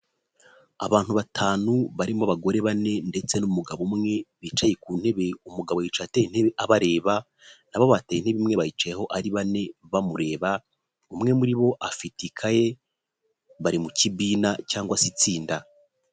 Abantu batanu barimo abagore bane ndetse n'umugabo umwe bicaye ku ntebe, umugabo yicaye ateye intebe abareba, nabo bateye intebe imwe bayicayeho ari bane bamureba, umwe muri bo afite ikaye, bari mukibina cyangwa se itsinda.